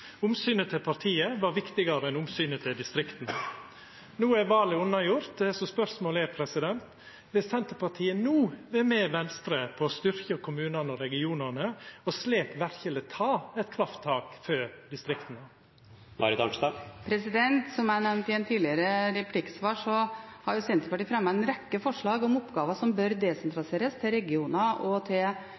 Omsynet til partiet var viktigare enn omsynet til distrikta. No er valet unnagjort. Spørsmålet er: Vil Senterpartiet no vera med Venstre på å styrkja kommunane og regionane og slik verkeleg ta eit krafttak for distrikta? Som jeg nevnte i et tidligere replikksvar, har Senterpartiet fremmet en rekke forslag om oppgaver som bør desentraliseres til fylker og til